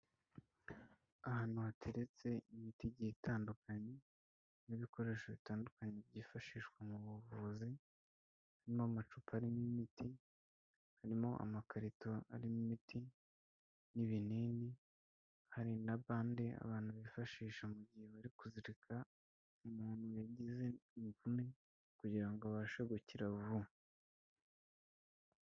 Ahantu hateretse imiti igiye itandukanye n'ibikoresho bitandukanye byifashishwa mu buvuzi n'amacupa arimo imiti harimo amakarito arimo imiti n'ibinini hari na bande abantu bifashisha mu gihe bari kuzirika umuntu yagize imvune kugira ngo abashe gukira vuba..